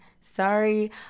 Sorry